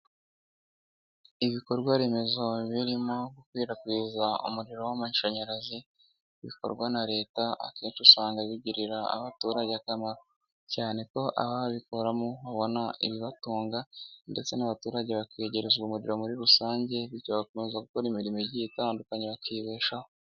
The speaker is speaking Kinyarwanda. Ibikorwa remezo birimo gukwirakwiza umuriro w'amashanyarazi bikorwa na leta akenshi usanga bigirira abaturage akamaro cyane ko ababikoramo babona ibibatunga ndetse n'abaturage bakiyegereza umuriro muri rusange bityo bagakomeza gukora imirimo igiye itandukanye bakibeshaho.